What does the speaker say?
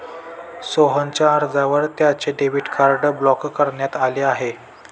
सोहनच्या अर्जावर त्याचे डेबिट कार्ड ब्लॉक करण्यात आले आहे